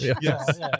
Yes